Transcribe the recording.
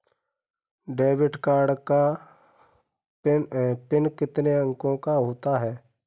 Debit card का PIN कितने अंकों का होता है?